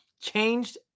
Changed